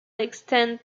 extant